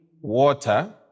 water